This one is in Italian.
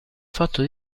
fatto